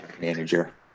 manager